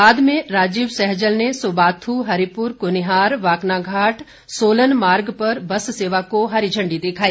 बाद में राजीव सैजल ने सुबाथू हरिपुर कुनिहार वाकनाघाट सोलन मार्ग पर बस सेवा को हरी झण्डी दिखाई